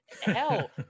Hell